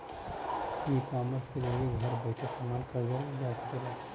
ecommerce के जरिये घर बैइठे समान खरीदल जा सकला